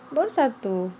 baru satu